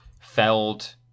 Feld